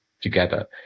together